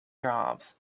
jobs